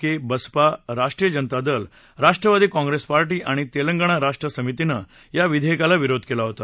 के Baspa Rashtriya Janata Dal Rashtrawadi Congress party आणि तेलंगणा राष्ट्र समितीनं या विधेयकाला विरोध केला होता